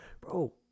bro